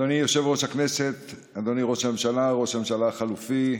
אדוני ראש הממשלה, ראש הממשלה החליפי,